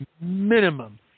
Minimum